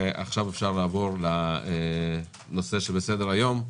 עכשיו אפשר לעבור לנושא שעומד על סדר היום.